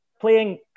playing